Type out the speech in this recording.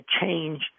change